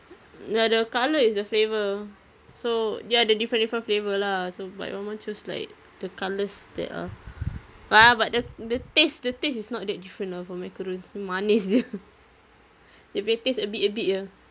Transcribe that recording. ya the colour is the flavour so dia ada different different flavour lah so but my mum choose like the colours that are ah but the the taste the taste is not that different lah for macaron manis jer dia punya taste a bit a bit jer